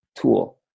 tool